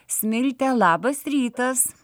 smilte labas rytas